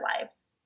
lives